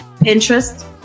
pinterest